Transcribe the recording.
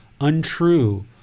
untrue